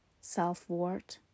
self-worth